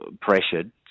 pressured